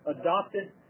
adopted